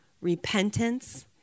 repentance